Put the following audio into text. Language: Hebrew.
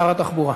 שר התחבורה.